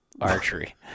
archery